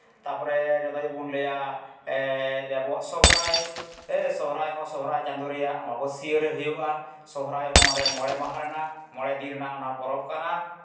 ᱛᱟᱨᱯᱚᱨᱮ ᱱᱚᱛᱮ ᱡᱩᱫᱤ ᱵᱚᱱ ᱞᱟᱹᱭᱟ ᱮᱸᱜᱻ ᱟᱵᱚᱣᱟᱜ ᱥᱚᱦᱨᱟᱭ ᱦᱮᱸ ᱥᱚᱦᱨᱟᱭ ᱦᱚᱸ ᱥᱚᱦᱨᱟᱭ ᱪᱟᱸᱫᱳ ᱨᱮᱭᱟᱜ ᱟᱢᱵᱟ ᱵᱟᱹᱥᱭᱟᱹ ᱨᱮ ᱦᱩᱭᱩᱜᱼᱟ ᱥᱚᱦᱨᱟᱭ ᱦᱚᱸ ᱢᱚᱬᱮ ᱢᱟᱦᱟ ᱨᱮᱱᱟᱜ ᱢᱚᱬᱮ ᱫᱤᱱ ᱨᱮᱱᱟᱜ ᱚᱱᱟ ᱯᱚᱨᱚᱵᱽ ᱠᱟᱱᱟ